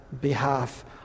behalf